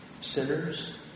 Sinners